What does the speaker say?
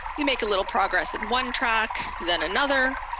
you make a little progress in one track, then another.